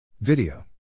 Video